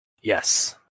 Yes